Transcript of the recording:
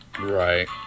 Right